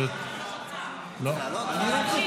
חבר הכנסת